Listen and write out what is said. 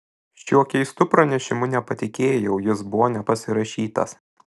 šiuo keistu pranešimu nepatikėjau jis buvo nepasirašytas